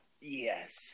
yes